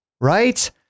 Right